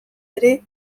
ere